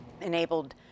enabled